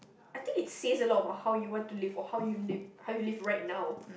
I think it says a lot about how you want to live or how you live how you live right now